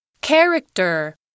Character